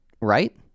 right